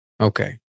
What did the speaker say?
Okay